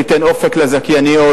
תיתן אופק לזכייניות,